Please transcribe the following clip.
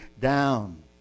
down